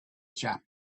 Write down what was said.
chap